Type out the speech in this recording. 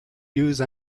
use